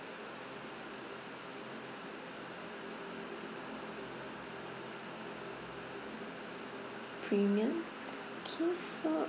premium okay so